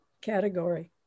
category